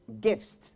gifts